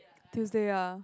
Tuesday ah